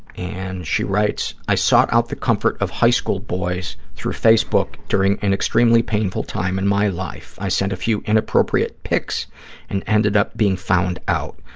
and she writes, i sought out the comfort of high school boys through facebook during an extremely painful time in my life. i sent a few inappropriate pics and ended up being found out.